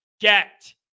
get